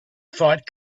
fight